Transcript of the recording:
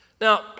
Now